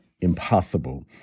impossible